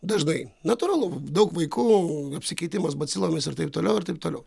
dažnai natūralu daug vaikų apsikeitimas bacilomis ir taip toliau ir taip toliau